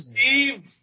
Steve